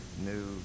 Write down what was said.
new